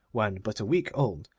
when but a week old,